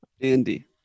Andy